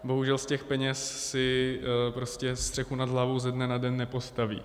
Bohužel z těch peněz si střechu nad hlavou ze dne na den nepostaví.